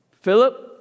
Philip